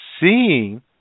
seeing